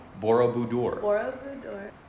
Borobudur